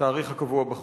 התאריך הקבוע בחוק.